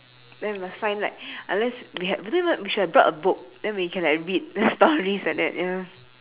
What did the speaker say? then we must find like unless we had we don't even we should have brought a book then we can like read stories like that ya